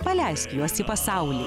paleisk juos į pasaulį